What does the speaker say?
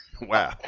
Wow